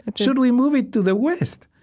ah should we move it to the west?